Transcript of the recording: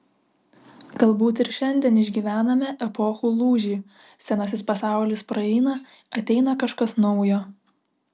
galbūt ir šiandien išgyvename epochų lūžį senasis pasaulis praeina ateina kažkas naujo